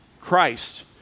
Christ